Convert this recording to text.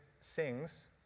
sings